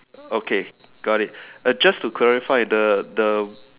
okay got it just to clarify the the